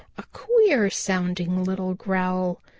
a queer-sounding little growl,